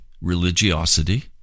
Religiosity